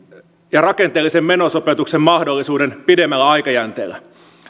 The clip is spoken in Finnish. ja rakenteellisen menosopeutuksen mahdollisuuden pidemmällä aikajänteellä